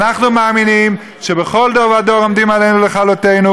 אנחנו מאמינים שבכל דור ודור עומדים עלינו לכלותנו,